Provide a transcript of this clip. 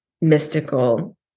mystical